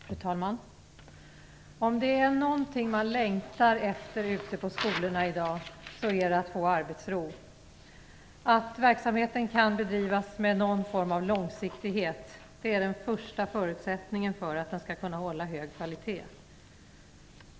Fru talman! Om det är någonting man längtar efter ute på skolorna i dag är det att få arbetsro. Att verksamheten kan bedrivas med någon form av långsiktighet är den första förutsättningen för att den skall kunna hålla hög kvalitet.